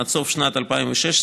עד סוף שנת 2016,